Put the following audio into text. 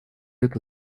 это